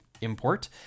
import